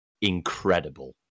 incredible